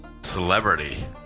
celebrity